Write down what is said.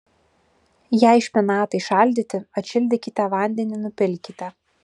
jei špinatai šaldyti atšildykite vandenį nupilkite